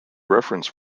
reference